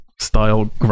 style